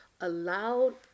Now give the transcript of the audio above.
allowed